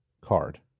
card